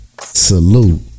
Salute